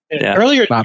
Earlier